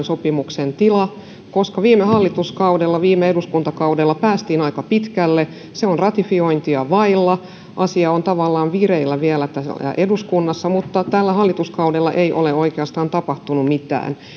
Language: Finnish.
sopimuksen tila koska viime hallituskaudella viime eduskuntakaudella päästiin aika pitkälle se on ratifiointia vailla asia on tavallaan vireillä vielä täällä eduskunnassa mutta tällä hallituskaudella ei ole tapahtunut oikeastaan mitään